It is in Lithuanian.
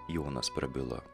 jonas prabilo